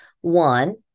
One